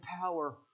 power